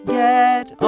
get